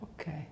Okay